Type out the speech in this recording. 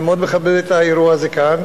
ואני מאוד מכבד את האירוע הזה כאן.